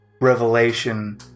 revelation